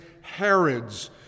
Herods